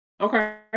okay